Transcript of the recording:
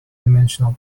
dimensional